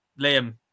Liam